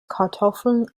kartoffeln